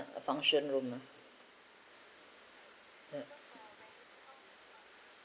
a function room ah